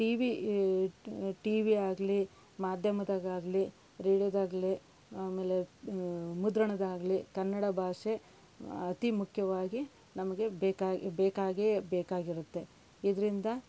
T V ಟಿವಿಯಾಗ್ಲಿ ಮಾಧ್ಯಮದಾಗಾಗ್ಲಿ ರೇಡಿಯೋದಾಗ್ಲಿ ಆಮೇಲೆ ಮುದ್ರಣದ್ದಾಗ್ಲಿ ಕನ್ನಡ ಭಾಷೆ ಅತೀ ಮುಖ್ಯವಾಗಿ ನಮಗೆ ಬೇಕಾಗ ಬೇಕಾಗೇ ಬೇಕಾಗಿರುತ್ತೆ ಇದರಿಂದ